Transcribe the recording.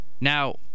Now